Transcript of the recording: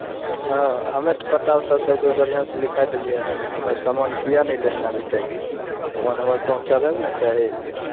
हँ हमे पता उता सभकिछु बढ़िआँसँ लिखाए देलियै हन हमर सामान किएक नहि अयलै हन अभी तक सामान हमर पहुँचाबयके ने चाही